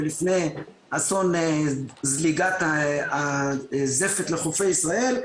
ולפני אסון זליגת הזפת לחופי ישראל.